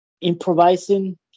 improvising